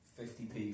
50p